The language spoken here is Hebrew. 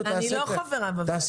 אנחנו